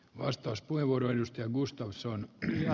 arvoisa puhemies